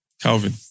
Calvin